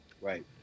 Right